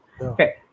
Okay